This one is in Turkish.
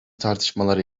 tartışmalara